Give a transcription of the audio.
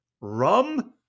Rum